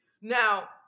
Now